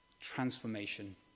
transformation